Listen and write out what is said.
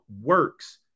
works